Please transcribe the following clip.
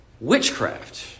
witchcraft